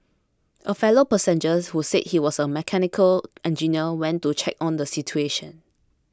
a fellow passengers who said he was a mechanical engineer went to check on the situation